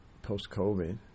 post-COVID